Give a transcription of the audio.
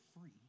free